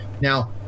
now